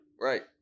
Right